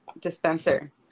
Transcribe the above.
dispenser